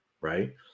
right